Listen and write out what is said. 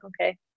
okay